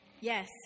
Yes